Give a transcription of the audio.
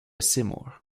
seymour